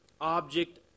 object